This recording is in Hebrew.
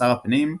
שר הפנים,